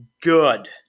Good